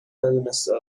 ندونسته